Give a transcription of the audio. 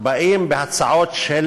באים בהצעות של